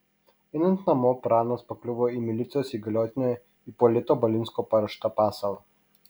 einant namo pranas pakliuvo į milicijos įgaliotinio ipolito balinsko paruoštą pasalą